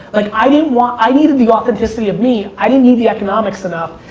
like i didn't want, i needed the authenticity of me, i didn't need the economics enough.